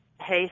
Hey